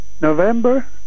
November